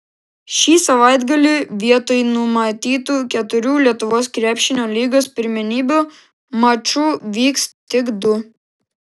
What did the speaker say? šį savaitgalį vietoj numatytų keturių lietuvos krepšinio lygos pirmenybių mačų vyks tik du